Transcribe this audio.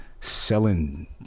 selling